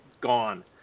gone